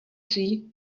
see